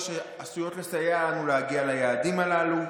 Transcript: שעשויות לסייע לנו להגן על היעדים הללו.